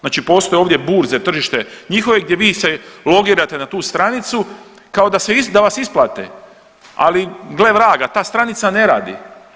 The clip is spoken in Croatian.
Znači postoje ovdje burze, tržište njihove gdje vi se logirate na tu stranicu kao da vas isplate, ali gle vraga ta stranica ne radi.